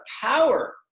power